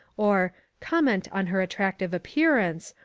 or comment on her attractive appearance,